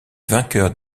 vainqueur